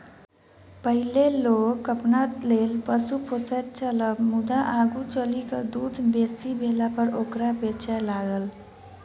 पहिनै लोक अपना लेल पशु पोसैत छल मुदा आगू चलि क दूध बेसी भेलापर ओकरा बेचय लागल